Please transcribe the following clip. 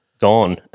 gone